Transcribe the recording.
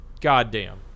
Goddamn